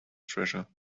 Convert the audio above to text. treasure